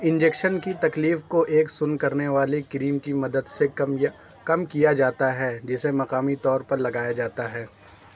injection کی تکلیف کو ایک سن کرنے والی کریم کی مدد سے کم یا کم کیا جاتا ہے جسے مقامی طور پر لگایا جاتا ہے